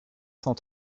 cent